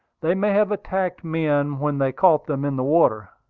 they may have attacked men when they caught them in the water.